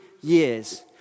years